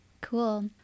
Cool